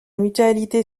mutualité